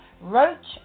Roach